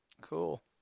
Cool